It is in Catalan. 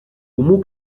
comú